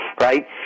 right